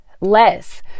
less